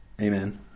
Amen